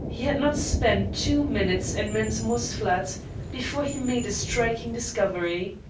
he had not spent two minutes in mensmore's flat before he made a striking discovery.